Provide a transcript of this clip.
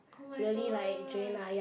oh-my-gosh